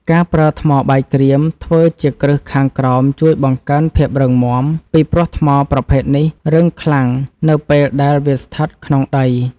ការប្រើថ្មបាយក្រៀមធ្វើជាគ្រឹះខាងក្រោមជួយបង្កើនភាពរឹងមាំ ពីព្រោះថ្មប្រភេទនេះរឹងខ្លាំងនៅពេលដែលវាស្ថិតក្នុងដី។